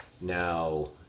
Now